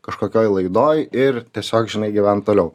kažkokioj laidoj ir tiesiog žinai gyvent toliau